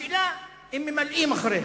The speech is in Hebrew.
השאלה, האם ממלאים אחריה?